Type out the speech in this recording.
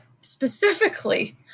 specifically